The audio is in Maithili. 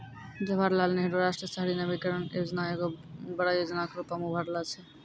जवाहरलाल नेहरू राष्ट्रीय शहरी नवीकरण योजना एगो बड़ो योजना के रुपो मे उभरलो छै